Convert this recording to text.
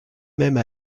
même